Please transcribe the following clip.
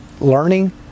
learning